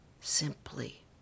simply